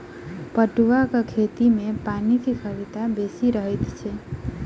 पटुआक खेती मे पानिक खगता बेसी रहैत छै